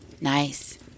Nice